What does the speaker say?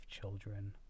children